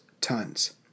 tons